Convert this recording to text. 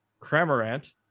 Cramorant